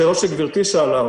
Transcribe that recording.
לשאלות שגברתי שאלה,